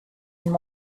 and